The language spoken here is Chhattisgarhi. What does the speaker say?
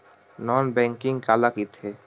नॉन बैंकिंग काला कइथे?